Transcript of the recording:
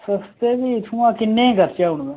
सस्ते बी इत्थुआं किन्ने करचै हून पर